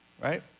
right